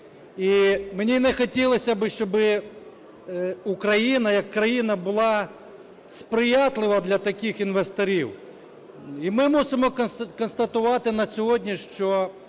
І мені не хотілося би, щоби Україна як країна була сприятлива для таких інвесторів. І ми мусимо констатувати на сьогодні, що